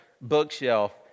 bookshelf